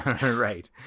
Right